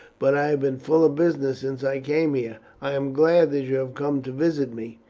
but i have been full of business since i came here. i am glad that you have come to visit me.